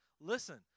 Listen